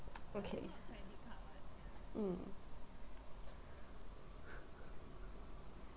okay mm